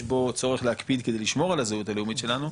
בו צורך להקפיד כדי לשמור על הזהות הלאומית שלנו,